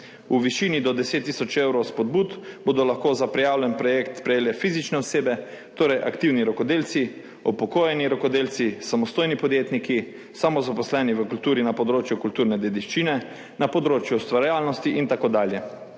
V višini do 10 tisoč evrov spodbud bodo lahko za prijavljen projekt prejele fizične osebe, torej aktivni rokodelci, upokojeni rokodelci, samostojni podjetniki, samozaposleni v kulturi na področju kulturne dediščine, na področju ustvarjalnosti in tako dalje.